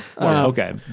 Okay